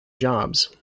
jobs